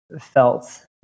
felt